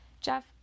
Jeff